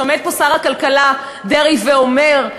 כשעומד פה שר הכלכלה דרעי ואומר: